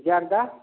ज़र्दा